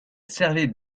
servait